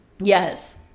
Yes